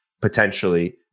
potentially